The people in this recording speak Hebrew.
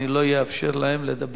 אני לא אאפשר להם לדבר.